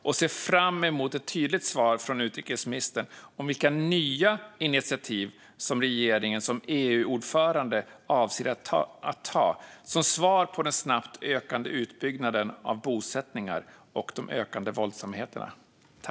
Jag ser fram emot ett tydligt svar från utrikesministern om vilka nya initiativ som regeringen och Sverige som EU-ordförande avser att ta som svar på den snabbt ökande utbyggnaden av bosättningar och de ökande våldsamheterna.